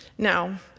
Now